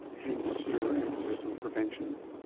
hence your emphasis on prevention.